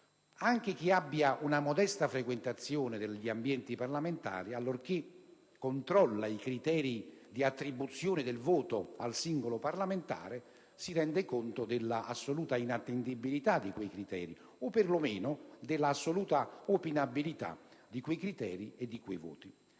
anche chi abbia una modesta frequentazione degli ambienti parlamentari, allorché controlla i criteri di attribuzione del voto al singolo parlamentare, si rende conto dell'assoluta inattendibilità, o perlomeno dell'assoluta opinabilità di quei criteri e di quei voti.